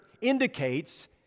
indicates